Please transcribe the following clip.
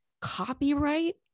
copyright